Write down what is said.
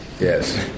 Yes